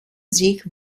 sich